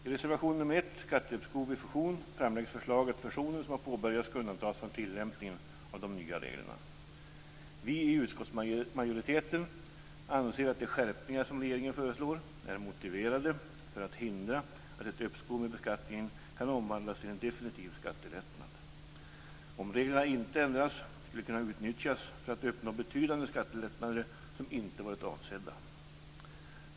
I reservation 1, Skatteuppskov vid fusion, framläggs förslaget att fusioner som påbörjats skall undantas från tillämpningen av de nya reglerna. Vi i utskottsmajoriteten anser att de skärpningar som regeringen föreslår är motiverade för att hindra att ett uppskov med beskattningen kan omvandlas till en definitiv skattelättnad. Om reglerna inte ändras skulle de kunna utnyttjas för att uppnå betydande skattelättnader som inte varit avsedda.